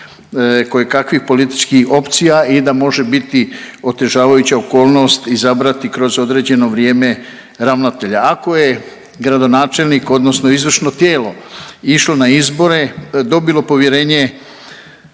kojekakvih političkih opcija i da može biti otežavajuća okolnost izabrati kroz određeno vrijeme ravnatelja. Ako je gradonačelnik odnosno izvršno tijelo išlo na izbore i dobilo povjerenje